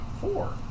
Four